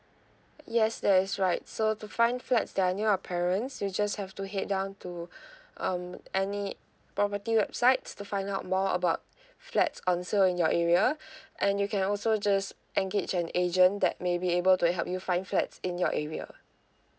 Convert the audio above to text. yes that is right so to find flats that are near your parents you just have to head down to um any property websites to find out more about flats on sale in your area and you can also just engage an agent that may be able to help you find flats in your area